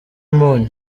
umunyu